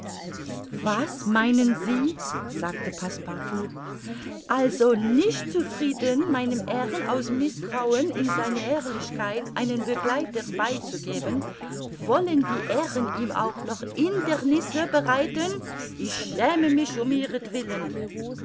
was meinen sie sagte passepartout also nicht zufrieden meinem herrn aus mißtrauen in seine ehrlichkeit einen begleiter beizugeben wollen die herren ihm auch noch hindernisse bereiten ich schäme mich um ihretwillen